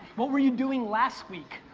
what were you doing last week?